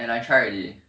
and I try already